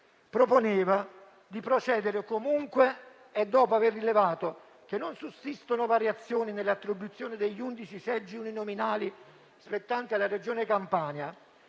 proponeva di procedere comunque e dopo aver rilevato che non sussistono variazioni nelle attribuzioni degli 11 seggi uninominali spettanti alla Regione,